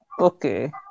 Okay